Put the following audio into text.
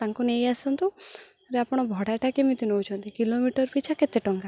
ତା'ଙ୍କୁ ନେଇ ଆସନ୍ତୁ ଆପଣ ଭଡ଼ାଟା କେମିତି ନେଉଛନ୍ତି କିଲୋମିଟର୍ ପିଛା କେତେ ଟଙ୍କା